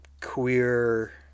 queer